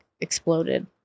exploded